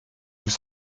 vous